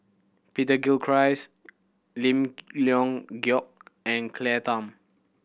Peter Gilchrist Lim Leong Geok and Claire Tham